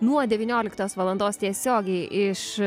nuo devynioliktos valandos tiesiogiai iš